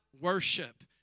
worship